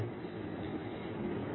r r